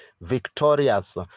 victorious